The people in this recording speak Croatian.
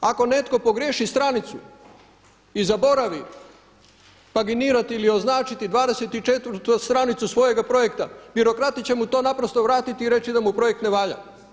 Ako netko pogriješi stranicu i zaboravi paginirati ili označiti 24.stranicu svojega projekta birokrati će mu to naprosto vratiti i reći da mu projekt ne valja.